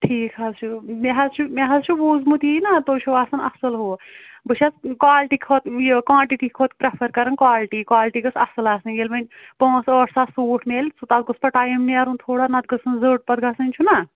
ٹھیٖک حظ چھُ مےٚ حظ چھُ مےٚ حظ چھُ بوٗزمُت یی نا تُہۍ چھُو آسان اصٕل ہُہ بہٕ چھَس کانٹِٹی خٲطر یہِ کانٹِٹی کھۄتہٕ پرٛیفر کران کالٹی کالٹی گٔژھ اصٕل آسٕنۍ ییٚلہِ وۄنۍ پانٛژھ أٹھ ساس سوٗٹ میلہِ تَتھ گوٚژھ پتہٕ ٹایم نیرُن تھوڑا نتہٕ گٔژھ نہٕ زٔٹ پَتہٕ گژھٕنۍ چُھنا